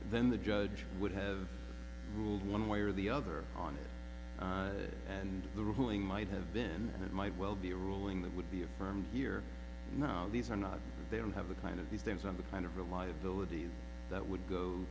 then the judge would have ruled one way or the other on that and the ruling might have been and it might well be a ruling that would be affirmed here now the or not they don't have the kind of these things are the kind of reliability that would go